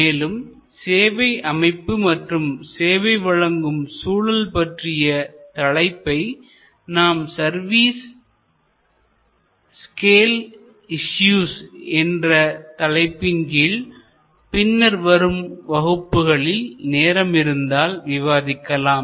மேலும் சேவை அமைப்பு மற்றும் சேவை வழங்கும் சூழல் பற்றிய தலைப்பை நாம் சர்வீஸ் ஸ்கேல் இஸ்யூஸ் என்ற தலைப்பின் கீழ் பின்னர் வரும் வகுப்புகளில் நேரமிருந்தால் விவாதிக்கலாம்